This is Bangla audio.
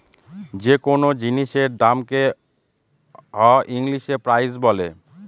যে কোনো জিনিসের দামকে হ ইংলিশে প্রাইস বলে